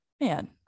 man